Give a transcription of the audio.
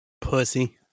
Pussy